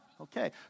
Okay